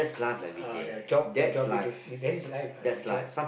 uh the job the job which you then life lah the job